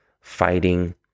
fighting